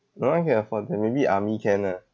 no one can afford that maybe army can ah